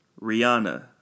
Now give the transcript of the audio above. Rihanna